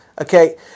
okay